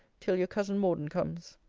till your cousin morden comes.